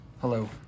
Hello